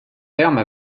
termes